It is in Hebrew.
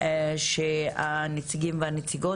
שמחה שהנציגים והנציגות,